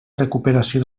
recuperació